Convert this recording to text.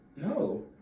No